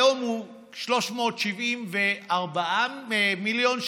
היום הוא 374 מיליון שקלים,